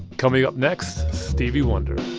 coming up next, stevie wonder